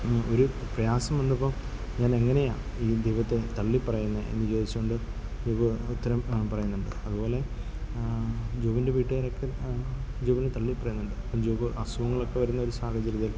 ഒരു പ്രയാസം വന്നപ്പം ഞാനെങ്ങനെയാണ് ഈ ദൈവത്തെ തള്ളിപ്പറയുന്നത് എന്നു ചോദിച്ചുകൊണ്ട് ദൈവം ഉത്തരം പറയുന്നുണ്ട് അതുപോലെ ജോബിൻ്റെ വീട്ടുകാരൊക്കെ ജോബിനെ തള്ളിപ്പറയുന്നുണ്ട് ജോബ് അസുഖങ്ങളൊക്കെ വരുന്നൊരു സാഹചര്യത്തിൽ